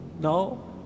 No